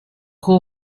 hall